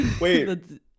Wait